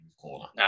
corner